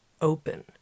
open